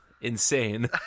insane